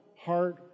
heart